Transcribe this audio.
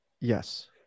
Yes